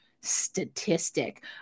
statistic